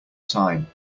time